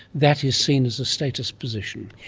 that is seen as a status position.